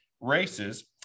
races